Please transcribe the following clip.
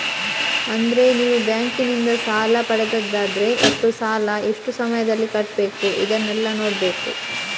ಅಂದ್ರೆ ನೀವು ಬ್ಯಾಂಕಿನಿಂದ ಸಾಲ ಪಡೆದದ್ದಾದ್ರೆ ಒಟ್ಟು ಸಾಲ, ಎಷ್ಟು ಸಮಯದಲ್ಲಿ ಕಟ್ಬೇಕು ಇದನ್ನೆಲ್ಲಾ ನೋಡ್ಬೇಕು